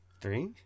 Three